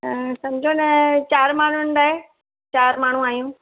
हा सम्झो न चार माण्हूं लाइ चार माण्हूं आयूं